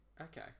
Okay